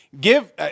give